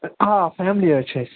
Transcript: آ فیملی حظ چھِ اسہِ